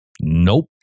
Nope